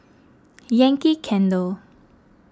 Yankee Candle